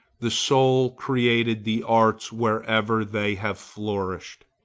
the soul created the arts wherever they have flourished.